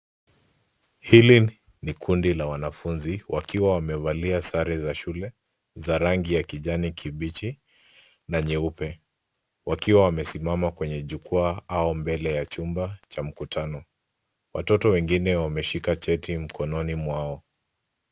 Hili ni kundi la wanafunzi wakiwa wamevalia sare za shule za rangi ya kijani kibichi na nyeupe wakiwa wamesimama kwenye jukwaa au mbele ya chumba cha mkutano. Watoto wengine wameshika cheti mkononi mwao.